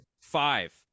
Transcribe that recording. five